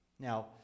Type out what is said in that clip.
Now